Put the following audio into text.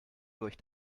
durch